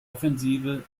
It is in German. offensive